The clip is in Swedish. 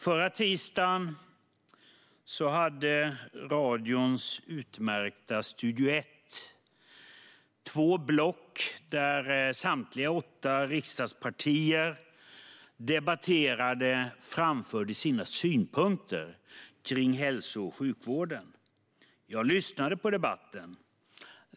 Förra tisdagen hade radions utmärkta Studio Ett två block där samtliga riksdagspartier debatterade och framförde sina synpunkter kring hälso och sjukvården. Jag lyssnade på debatten.